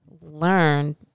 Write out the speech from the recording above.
learned